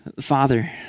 Father